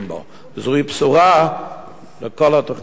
וזוהי בשורה לכל התוכנית הזאת.